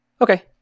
Okay